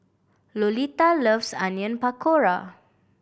Lolita loves Onion Pakora